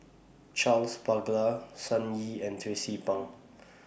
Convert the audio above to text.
Charles Paglar Sun Yee and Tracie Pang